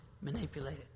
manipulated